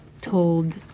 told